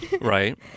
Right